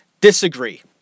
Disagree